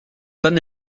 panne